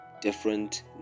different